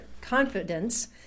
confidence